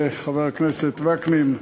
חבר הכנסת וקנין,